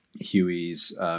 Huey's